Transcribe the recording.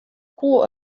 koe